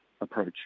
approach